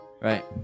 Right